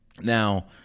Now